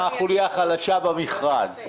מה החוליה החלשה במכרז?